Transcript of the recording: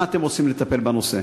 2. מה אתם עושים כדי לטפל בנושא?